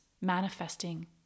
manifesting